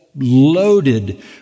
loaded